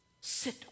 Sit